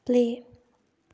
play